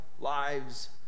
lives